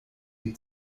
die